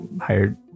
Hired